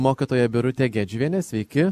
mokytoja birutė gedžiuvienė sveiki